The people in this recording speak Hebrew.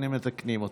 הינה, מתקנים אותי.